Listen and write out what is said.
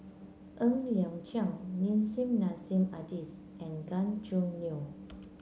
Ng Liang Chiang Nissim Nassim Adis and Gan Choo Neo